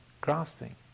grasping